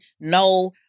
No